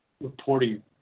reporting